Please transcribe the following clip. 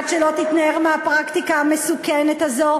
עד שלא תתנער מהפרקטיקה המסוכנת הזו,